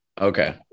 Okay